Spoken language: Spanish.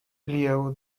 lieu